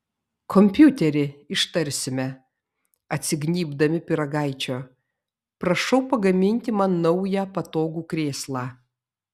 kompiuteri ištarsime atsignybdami pyragaičio prašau pagaminti man naują patogų krėslą